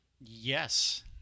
Yes